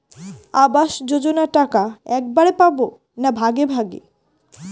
আবাস যোজনা টাকা একবারে পাব না ভাগে ভাগে?